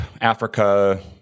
Africa